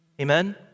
Amen